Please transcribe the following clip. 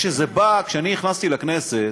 כאשר נכנסתי לכנסת,